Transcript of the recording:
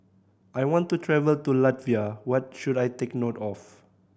I want to travel to Latvia what should I take note of